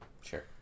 sure